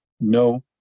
no